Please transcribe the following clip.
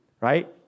right